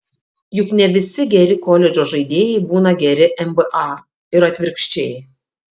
juk ne visi geri koledžo žaidėjai būna geri nba ir atvirkščiai